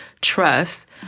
trust